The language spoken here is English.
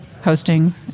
hosting